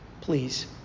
please